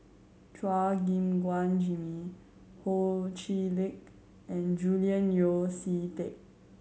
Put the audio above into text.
Chua Gim Guan Jimmy Ho Chee Lick and Julian Yeo See Teck